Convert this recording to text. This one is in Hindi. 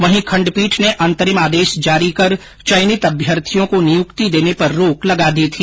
वहीं खण्डपीठ ने अंतरिम आदेश जारी कर चयनित अभ्यर्थियों को नियुक्ति देने पर रोक लगा दी थी